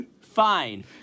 Fine